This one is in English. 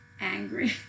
angry